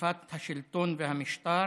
החלפת השלטון והמשטר